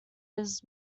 his